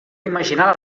imaginar